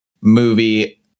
movie